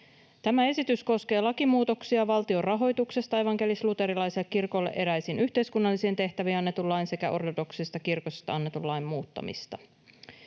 Tämä esitys koskee lakimuutoksia valtion rahoituksesta evankelis-luterilaiselle kirkolle eräisiin yhteiskunnallisiin tehtäviin annetun lain sekä ortodoksisesta kirkosta annetun lain muuttamiseksi.